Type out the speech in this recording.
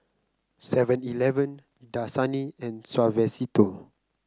Seven Eleven Dasani and Suavecito